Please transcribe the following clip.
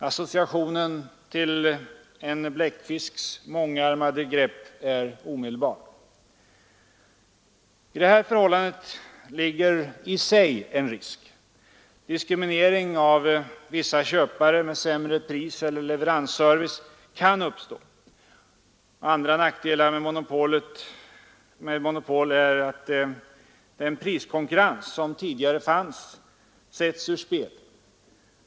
Associationen till en bläckfisks mångarmade grepp är omedelbar. I detta förhållande ligger i sig en risk. Diskriminering av vissa köpare med sämre pris eller sämre leveransservice kan uppstå. Andra nackdelar med monopol är att den priskonkurrens som tidigare fanns sätts ur spel.